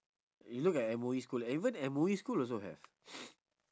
you look at M_O_E school even M_O_E school also have